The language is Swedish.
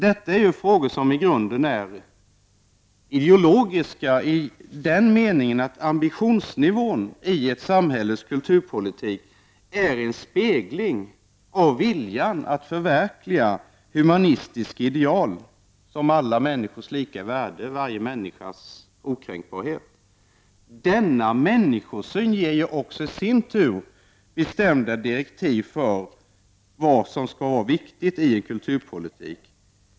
Detta är ideologiska frågor i den meningen att ambitionsnivån i ett samhälles kulturpolitik är en spegling av viljan att förverkliga humanistiska ideal, såsom alla människors lika värde och varje människas okränkbarhet. Denna människosyn ger i sin tur bestämda direktiv för vad som skall betraktas som viktigt i en kulturpolitik.